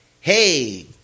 hey